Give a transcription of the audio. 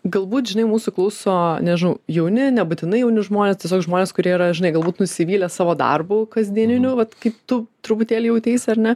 galbūt žinai mūsų klauso nežinau jauni nebūtinai jauni žmonės tiesiog žmonės kurie yra žinai galbūt nusivylę savo darbu kasdieniniu vat kaip tu truputėlį jauteisi ar ne